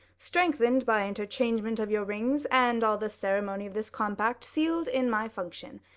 strengthen'd by interchangement of your rings and all the ceremony of this compact seal'd in my function,